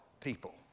people